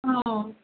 অ